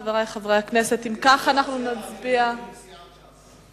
אני רוצה להציע להעביר את זה לדיון בסיעת ש"ס.